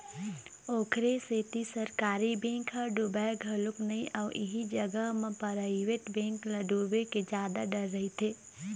ओखरे सेती सरकारी बेंक ह डुबय घलोक नइ अउ इही जगा म पराइवेट बेंक ल डुबे के जादा डर रहिथे